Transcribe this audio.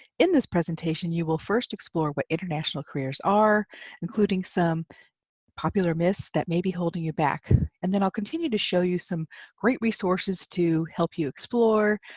in this presentation, you will first explore what international careers are including some popular myths that may be holding you back, and then i'll continue to show you some great resources to help you explore,